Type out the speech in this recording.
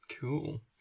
cool